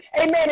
Amen